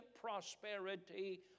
prosperity